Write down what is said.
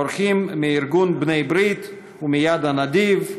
אורחים מארגון בני ברית ומיד הנדיב,